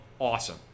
Awesome